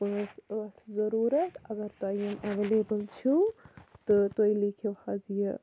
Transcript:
پانٛژھ ٲٹھ ضوٚروٗرَت اگر تۄہہِ یِم اَویلیبل چھِو تہٕ تُہۍ لیٖکھِو حظ یہِ